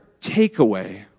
takeaway